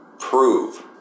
Prove